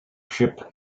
ship